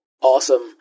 Awesome